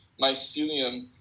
mycelium